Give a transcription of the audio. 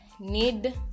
need